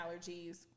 allergies